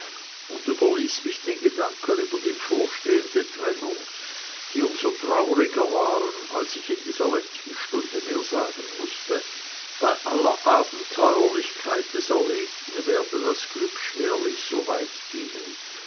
und überließ mich den gedanken über die bevorstehende trennung die um so trauriger waren als ich in dieser letzten stunde mir sagen mußte bei aller abenteuerlichkeit des erlebten werde das glück schwerlich so weit gehen